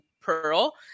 Pearl